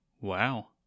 Wow